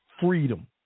freedom